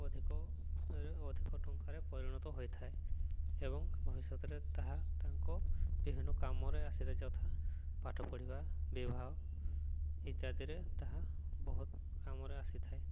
ଅଧିକ ଅଧିକ ଟଙ୍କାରେ ପରିଣତ ହୋଇଥାଏ ଏବଂ ଭବିଷ୍ୟତରେ ତାହା ତାଙ୍କ ବିଭିନ୍ନ କାମରେ ଆସିଥାଏ ଯଥା ପାଠ ପଢ଼ିବା ବିବାହ ଇତ୍ୟାଦିରେ ତାହା ବହୁତ କାମରେ ଆସିଥାଏ